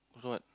also what